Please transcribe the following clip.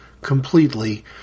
completely